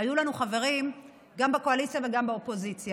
היו לנו חברים גם בקואליציה וגם באופוזיציה.